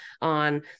on